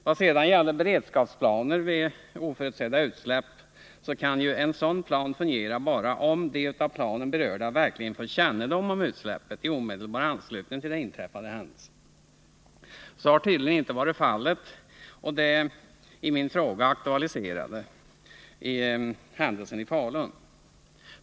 Vad sedan gäller beredskapsplaner för oförutsedda utsläpp kan ju en sådan plan fungera bara om de av planen berörda verkligen får kännedom om utsläppet i omedelbar anslutning till den inträffade händelsen. Så har det tydligen inte varit i det i min fråga aktualiserade fallet i Falun.